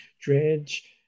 dredge